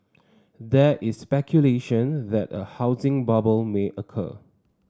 there is speculation that a housing bubble may occur